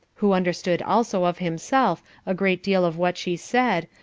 who understood also of himself a great deal of what she said,